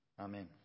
Amen